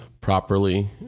properly